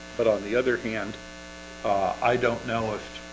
but on the other hand i don't know if